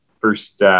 first